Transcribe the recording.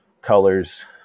Colors